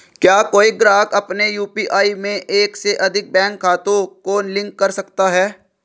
क्या कोई ग्राहक अपने यू.पी.आई में एक से अधिक बैंक खातों को लिंक कर सकता है?